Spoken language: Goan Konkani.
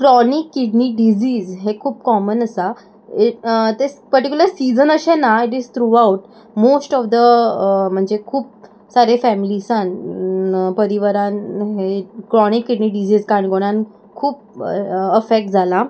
क्रॉनीक किडनी डिजीज हें खूब कॉमन आसा ते पर्टिक्युलर सिजन अशें ना it is throughout most of the म्हणजे खूब सारे फॅमिलीसान परिवारान हें क्रॉनीक किडनी डिजीज काणकोणान खूब अफेक्ट जाला